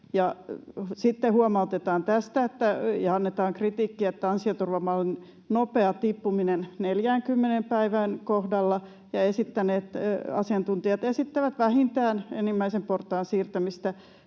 sitten huomautetaan ja annetaan kritiikkiä tästä ansioturvan nopeasta tippumisesta 40 päivän kohdalla. Asiantuntijat esittävät vähintään ensimmäisen portaan siirtämistä